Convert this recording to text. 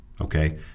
okay